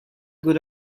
good